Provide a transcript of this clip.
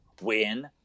win